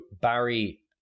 Barry